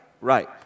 Right